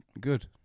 Good